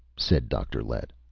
said dr. lett.